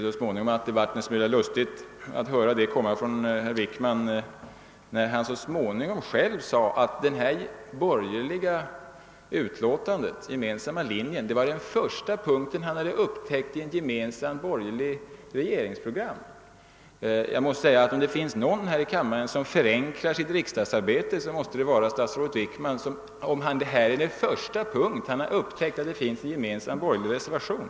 Så småningom tyckte jag det blev litet lustigt att höra herr Wickman säga att den här gemensamma borgerliga linjen var den första punkt där han upptäckt något av ett gemensamt borgerligt regeringsprogram. Jag måste säga att om det finns någon i kammaren som förenklar sitt riksdagsarbete är det statsrådet Wickman, om detta är den första punkt där han upptäckt att det finns en gemensam borgerlig reservation.